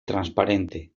transparente